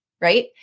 right